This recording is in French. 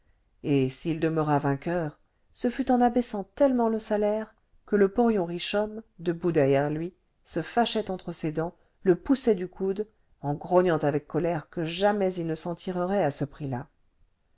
et s'il demeura vainqueur ce fut en abaissant tellement le salaire que le porion richomme debout derrière lui se fâchait entre ses dents le poussait du coude en grognant avec colère que jamais il ne s'en tirerait à ce prix-là